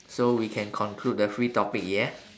so we can conclude the free topic yeah